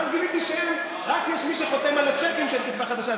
ואז גיליתי שיש רק מי שחותם על הצ'קים של תקווה חדשה.